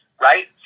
Right